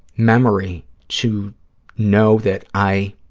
memory to know that i